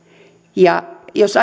ja jos